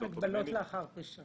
-- הגבלות לאחר פרישה.